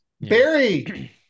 Barry